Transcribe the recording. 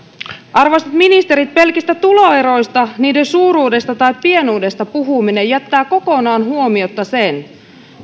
arvoisat ministerit pelkistä tuloeroista niiden suuruudesta tai pienuudesta puhuminen jättää kokonaan huomiotta sen